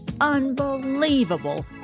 unbelievable